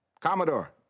Commodore